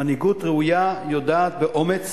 מנהיגות ראויה יודעת באומץ